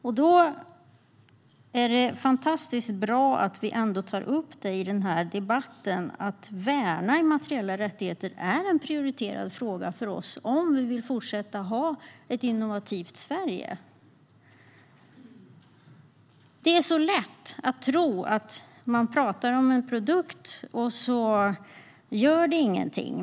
Därför är det fantastiskt bra att vi i den här debatten tar upp att det är en prioriterad fråga för oss att värna immateriella rättigheter om vi vill fortsätta att ha ett innovativt Sverige. Det är så lätt att tro att man talar om en produkt och att det inte gör någonting.